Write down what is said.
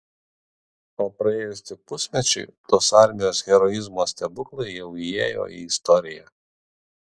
o praėjus tik pusmečiui tos armijos heroizmo stebuklai jau įėjo į istoriją